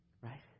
right